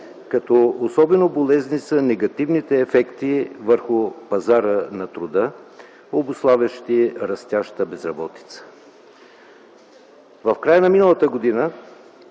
като особено полезни са негативните ефекти върху пазара на труда, обуславящи растящата безработица. В края на миналата година